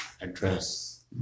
address